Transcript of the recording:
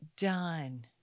done